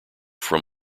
from